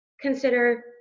consider